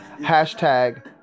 hashtag